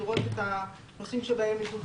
לראות את נושאים שבהם מדובר.